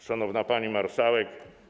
Szanowna Pani Marszałek!